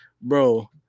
Bro